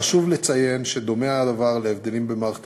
חשוב לציין שדומה הדבר להבדלים במערכת